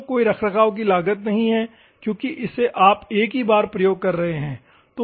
तो कोई रखरखाव लागत नहीं है क्योंकि इसे आप एक ही बार उपयोग कर रहे है